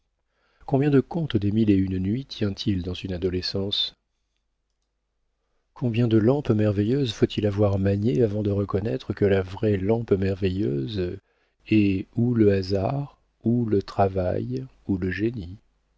combien de contes des mille et une nuits tient-il dans une adolescence combien de lampes merveilleuses faut-il avoir maniées avant de reconnaître que la vraie lampe merveilleuse est ou le hasard ou le travail ou le génie